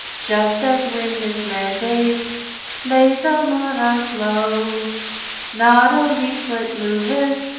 just as when his mandate lays a monarch low not a leaflet moveth,